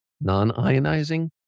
non-ionizing